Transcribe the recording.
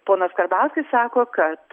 ponas karbauskis sako kad